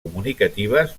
comunicatives